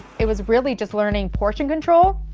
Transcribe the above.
it was really just learning portion control,